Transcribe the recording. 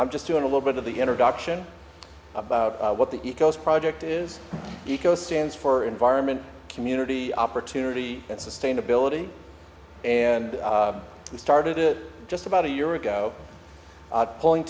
i'm just doing a little bit of the introduction about what the ecos project is eco stands for environment community opportunity and sustainability and we started it just about a year ago pulling